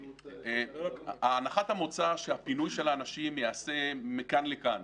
אבל הנחת המוצא שהפינוי של האנשים ייעשה מכאן לכאן,